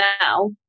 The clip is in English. now